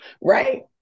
Right